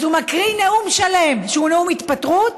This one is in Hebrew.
אז הוא מקריא נאום שלם שהוא נאום התפטרות